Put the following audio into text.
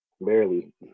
Barely